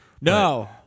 No